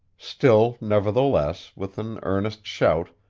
still, nevertheless, with an earnest shout,